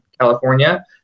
California